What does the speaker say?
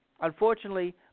Unfortunately